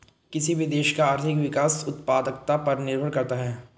किसी भी देश का आर्थिक विकास उत्पादकता पर निर्भर करता हैं